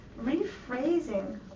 rephrasing